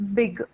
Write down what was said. big